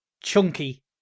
chunky